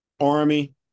army